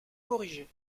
corrigée